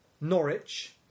Norwich